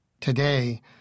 Today